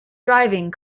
driving